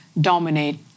dominate